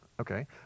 Okay